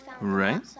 Right